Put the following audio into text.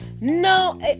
No